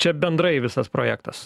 čia bendrai visas projektas